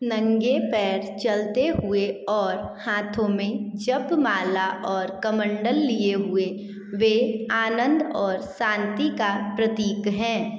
नंगे पैर चलते हुए और हाथों में जपमाला और कमंडल लिए हुए वे आनन्द और शान्ति का प्रतीक हैं